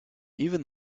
even